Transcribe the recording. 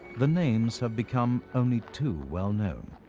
the names have become only too well-known.